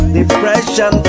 depression